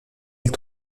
elle